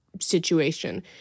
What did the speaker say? situation